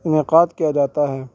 انعقاد کیا جاتا ہے